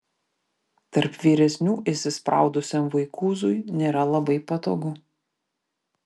tarp vyresnių įsispraudusiam vaikūzui nėra labai patogu